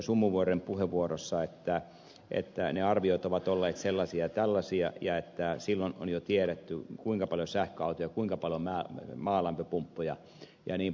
sumuvuoren puheenvuorossa että ne arviot ovat olleet sellaisia ja tällaisia ja että silloin on jo tiedetty kuinka paljon sähköautoja kuinka paljon maalämpöpumppuja jnp